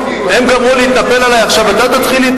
הם גמרו להתנפל עלי,